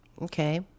Okay